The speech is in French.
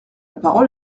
parole